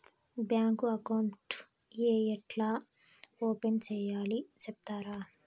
Bank account ఏ ఎట్లా open సేయాలి సెప్తారా?